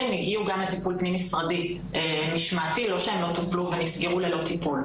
הגיעו גם לטיפול פנימי משרדי משמעתי לא שלא טופלו ונסגרו ללא טיפול.